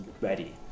ready